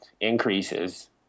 increases